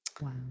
Wow